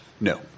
No